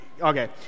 okay